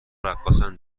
رقاصن